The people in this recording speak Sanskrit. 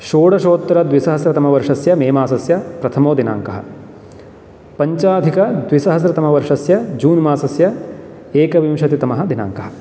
षोडशोत्तरद्विसहस्रतमवर्षस्य मे मासस्य प्रथमो दिनाङ्कः पञ्चाधिकद्विसहस्रतमवर्षस्य जून् मासस्य एकविंशतितमः दिनाङ्कः